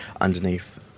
underneath